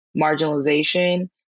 marginalization